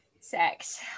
sex